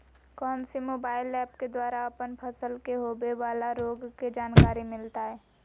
कौन सी mobile app के द्वारा अपन फसल के होबे बाला रोग के जानकारी मिलताय?